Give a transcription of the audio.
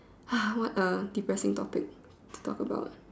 ha what a depressing topic to talk about